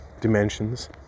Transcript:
dimensions